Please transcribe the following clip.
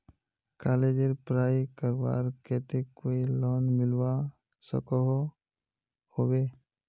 कॉलेजेर पढ़ाई करवार केते कोई लोन मिलवा सकोहो होबे?